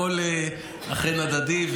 הכול אכן הדדי,